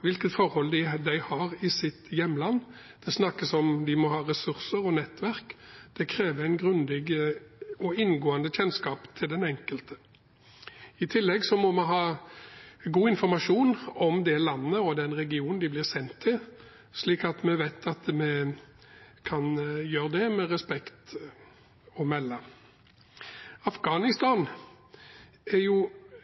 hvilke forhold de har i sitt hjemland. Det snakkes om at de må ha ressurser og nettverk. Det krever en grundig og inngående kjennskap til den enkelte. I tillegg må vi ha god informasjon om det landet og den regionen de blir sendt til, slik at vi vet at vi kan gjøre det – med respekt å melde. Afghanistan er